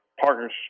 partner's